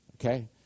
Okay